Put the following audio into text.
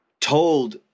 told